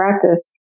practice